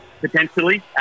potentially